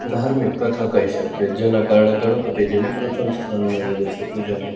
ધાર્મિક કથા કહી શકીએ જેના કારણે ગણપતિજીને પ્રથમ સ્થાન મળેલું છે પૂજામાં